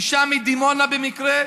אישה מדימונה, במקרה.